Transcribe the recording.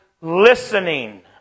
listening